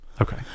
Okay